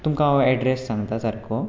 तुमकां हांव ॲड्रेस सांगता सारको